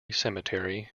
cemetery